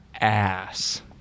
ass